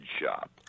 shop